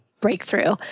breakthrough